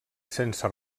sense